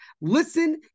Listen